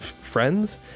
friends